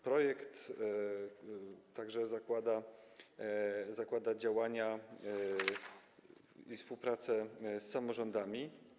Projekt także zakłada działania i współpracę z samorządami.